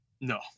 No